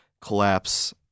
collapse